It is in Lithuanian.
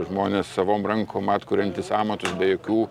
žmonės savom rankom atkuriantys amatus be jokių